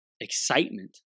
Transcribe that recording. excitement